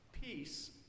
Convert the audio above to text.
Peace